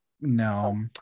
no